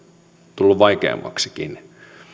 vaikeammaksikin